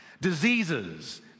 Diseases